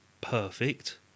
perfect